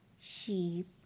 sheep